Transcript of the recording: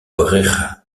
brera